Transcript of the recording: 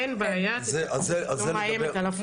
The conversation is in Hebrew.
אין בעיה, את לא מאיימת על אף אחד.